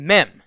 Mem